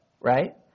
right